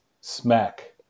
smack